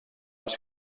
els